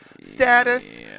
status